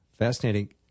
Fascinating